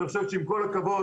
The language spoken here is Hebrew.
אני חושב שעם כל הכבוד,